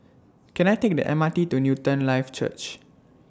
Can I Take The M R T to Newton Life Church